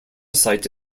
site